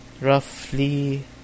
roughly